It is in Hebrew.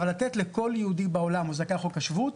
אבל לתת לכל יהודי בעולם הזכאי חוק השבות,